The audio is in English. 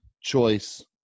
choice